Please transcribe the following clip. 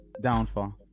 downfall